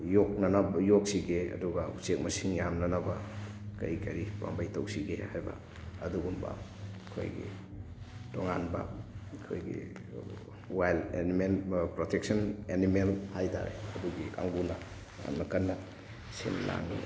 ꯌꯣꯛꯅꯅꯕ ꯌꯣꯛꯁꯤꯒꯦ ꯑꯗꯨꯒ ꯎꯆꯦꯛ ꯃꯁꯤꯡ ꯌꯥꯝꯅꯅꯕ ꯀꯔꯤ ꯀꯔꯤ ꯄꯥꯝꯕꯩ ꯇꯧꯁꯤꯒꯦ ꯍꯥꯏꯕ ꯑꯗꯨꯒꯨꯝꯕ ꯑꯩꯈꯣꯏꯒꯤ ꯇꯣꯉꯥꯟꯕ ꯑꯩꯈꯣꯏꯒꯤ ꯋꯥꯏꯜ ꯑꯦꯅꯤꯃꯦꯜ ꯄ꯭ꯔꯣꯇꯦꯛꯁꯟ ꯑꯦꯅꯤꯃꯦꯜ ꯍꯥꯏꯇꯥꯔꯦ ꯑꯗꯨꯒꯤ ꯀꯥꯡꯕꯨꯅ ꯌꯥꯝꯅ ꯀꯟꯅ ꯁꯤꯜ ꯂꯥꯡꯉꯤ